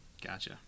Gotcha